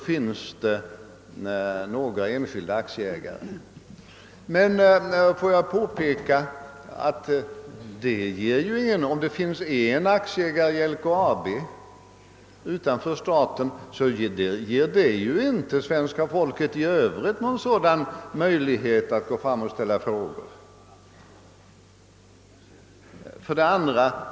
Jag vill emellertid påpeka att det förhållandet att det finns en enskild aktieägare i LKAB inte ger svenska folket i övrigt någon möjlighet att ställa frågor till företagsledningen.